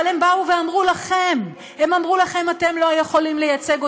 אבל הן באו ואמרו לכם: אתם לא יכולים לייצג אותנו.